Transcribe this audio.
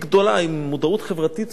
היא עם מודעות חברתית מאוד גבוהה.